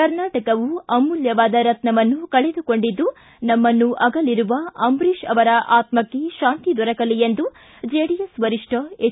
ಕರ್ನಾಟಕವು ಅಮೂಲ್ಡವಾದ ರತ್ನವನ್ನು ಕಳೆದುಕೊಂಡಿದ್ದು ನಮ್ಗನ್ನು ಅಗಲಿರುವ ಅಂಬರೀಶ್ ಅವರ ಆತಕ್ಷೆ ಶಾಂತಿ ದೊರಕಲಿ ಎಂದು ಜೆಡಿಎಸ್ ವರಿಷ್ಠ ಎಚ್